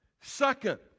second